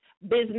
Business